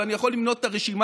ואני יכול למנות את הרשימה,